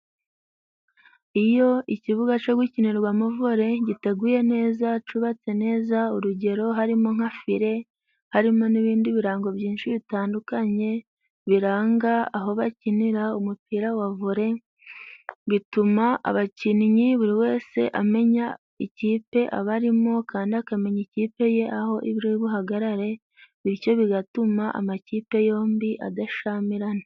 Iyo ikibuga co gukinirwamo vole giteguye neza cubatse neza urugero harimo nka file, harimo n'ibindi birango byinshi bitandukanye biranga aho bakinira, umupira wa vole, bituma abakinnyi buri wese amenya ikipe aba arimo kandi akamenya ikipe ye aho ibi buhagarare bityo bigatuma amakipe yombi adashamirana.